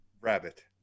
rabbit